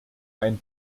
ein